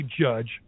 judge